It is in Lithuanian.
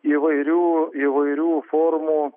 įvairių įvairių formų